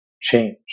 change